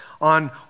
on